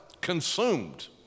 consumed